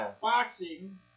boxing